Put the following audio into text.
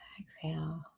exhale